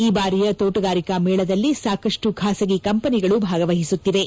ಈ ಬಾರಿಯ ತೋಣಗಾರಿಕಾ ಮೇಳದಲ್ಲಿ ಸಾಕಷ್ಟು ಖಾಸಗಿ ಕಂಪನಿಗಳು ಭಾಗವಹಿಸುತ್ತಿವೆ